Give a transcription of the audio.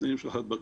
בתנאים של הדבקה,